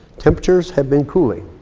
temperatures have been cooling.